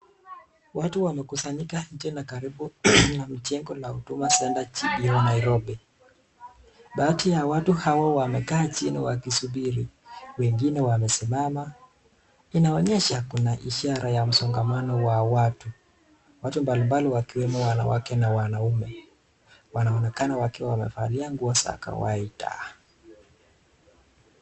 Watu wamekusanyika nje na karibu na majengo ya huduma centre gpo Nairobi. Baadhi ya watu hao wamekaa chini wakisubiri, wengine wamesimama inaonyesha kuna ishara ya msongamano wa watu. Watu mbalimbali wakiwemo wanawake na wanaume, wanaonekana wakiwa wamevalia nguo za kawaida.